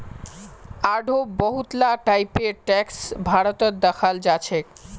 आढ़ो बहुत ला टाइपेर टैक्स भारतत दखाल जाछेक